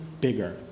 bigger